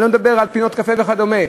אני לא מדבר על פינות קפה וכדומה.